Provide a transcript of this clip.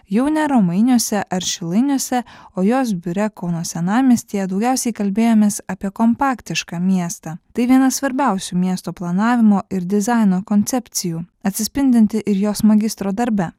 jau ne romainiuose ar šilainiuose o jos biure kauno senamiestyje daugiausiai kalbėjomės apie kompaktišką miestą tai viena svarbiausių miesto planavimo ir dizaino koncepcijų atsispindinti ir jos magistro darbe